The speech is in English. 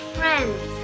friends